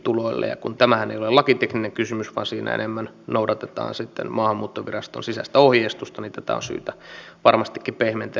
ja kun tämähän ei ole lakitekninen kysymys vaan siinä enemmän noudatetaan maahanmuuttoviraston sisäistä ohjeistusta niin tätä on varmastikin syytä pehmentää